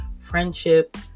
friendship